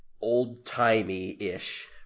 old-timey-ish